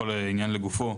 כל עניין לגופו